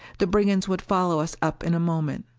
the brigands would follow us up in a moment.